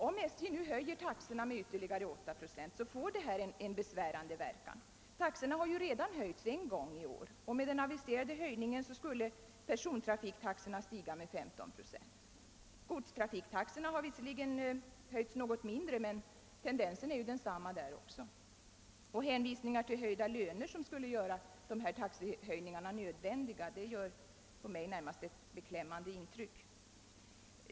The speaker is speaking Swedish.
Om SJ nu höjer taxorna med ytterligare 8 procent, uppstår besvärande följdverkningar. Taxorna har ju redan höjts en gång tidigare i år, och med den aviserade höjningen skulle trafiktaxorna sammanlagt stiga med 15 procent. Godstrafiktaxorna har visserligen höjts något mindre, men tendensen är därvidlag densamma. Hänvisningarna till att det är löneökningar som med nödvändighet skulle påkalla taxestegringar gör på mig närmast ett beklämmande intryck.